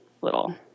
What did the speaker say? little